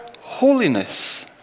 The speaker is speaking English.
holiness